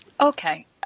Okay